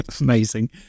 Amazing